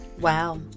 Wow